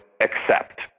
accept